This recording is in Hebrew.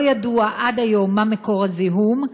לא ידוע עד היום מה מקור הזיהום,